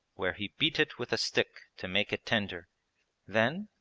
where he beat it with a stick to make it tender then,